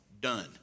Done